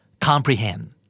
Comprehend